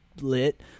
lit